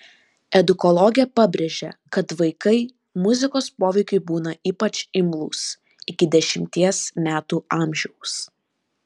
edukologė pabrėžia kad vaikai muzikos poveikiui būna ypač imlūs iki dešimties metų amžiaus